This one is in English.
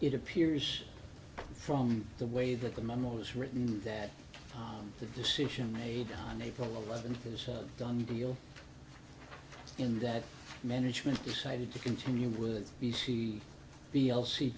it appears from the way that the memos written that the decision made on april eleventh is a done deal in that management decided to continue with the c b l c